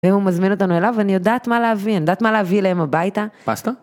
והוא מזמין אותנו אליו ואני יודעת מה להביא, אני יודעת מה להביא אליהם הביתה. פסטה?